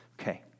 Okay